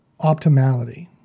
optimality